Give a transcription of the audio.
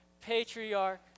patriarch